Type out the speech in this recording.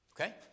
Okay